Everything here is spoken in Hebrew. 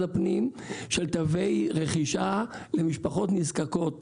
הפנים לתווי רכישה למשפחות נזקקות.